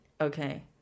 Okay